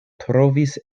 trovis